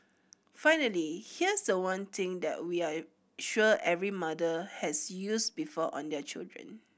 finally here's the one thing that we are sure every mother has used before on their children